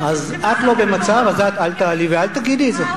אז את לא במצב, אז את לא תעלי ואל תגידי את זה.